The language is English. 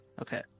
Okay